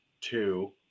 two